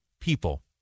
people